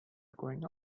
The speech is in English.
going